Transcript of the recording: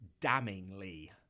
damningly